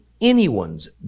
anyone's